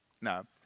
No